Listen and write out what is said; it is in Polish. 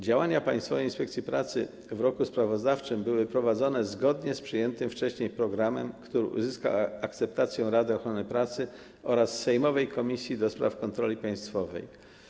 Działania Państwowej Inspekcji Pracy w roku sprawozdawczym były prowadzone zgodnie z przyjętym wcześniej programem, który uzyskał akceptację Rady Ochrony Pracy oraz sejmowej Komisji do Spraw Kontroli Państwowej.